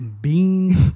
Beans